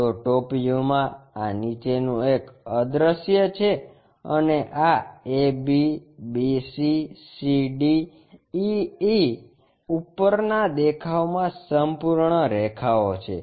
તો ટોપ વ્યૂમાં આ નીચેનું એક અદૃશ્ય છે અને આ ab bc cd ea ઉપરના દેખાવમાં સંપૂર્ણ રેખાઓ છે